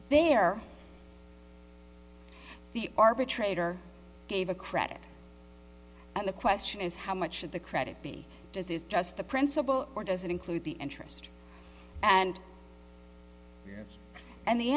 the arbitrator gave a credit and the question is how much should the credit be does is just the principle or does it include the interest and and the